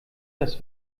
das